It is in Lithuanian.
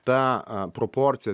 ta proporcija